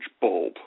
bulb